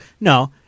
No